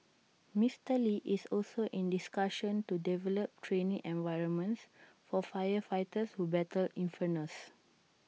Mister lee is also in discussions to develop training environments for firefighters who battle infernos